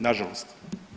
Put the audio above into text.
Nažalost.